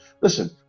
listen